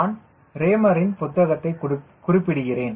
நான் ரேமரின்Raymer's புத்தகத்தைக் குறிப்பிடுகிறேன்